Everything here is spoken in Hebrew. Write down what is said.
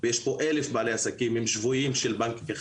להכניס חינוך פיננסי לתוכניות לימוד בעיקר בבתי הספר ובגיל הרך,